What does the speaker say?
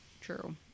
True